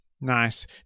Nice